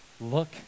Look